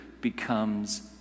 becomes